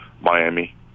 Miami